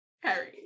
Harry